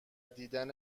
دیدن